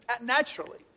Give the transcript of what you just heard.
naturally